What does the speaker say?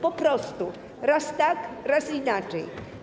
Po prostu raz jest tak, raz inaczej.